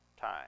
time